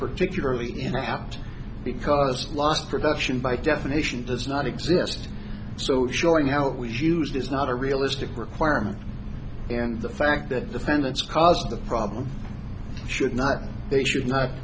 particularly in fact because lost production by definition does not exist so showing how it was used is not a realistic requirement and the fact that defendants caused the problem should not they should